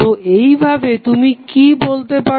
তো এইভাবে তুমি কি বলতে পারো